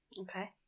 Okay